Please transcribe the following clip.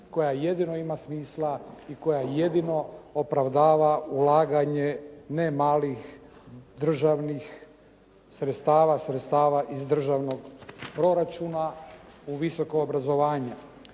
koja jedino ima smisla i koja jedino opravdava ulaganje nemalih državnih sredstava, sredstava iz državnog proračuna u visoko obrazovanje.